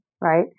right